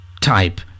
type